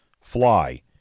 fly